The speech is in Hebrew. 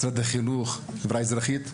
משרד החינוך והחברה האזרחית,